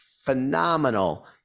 phenomenal